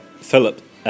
Philip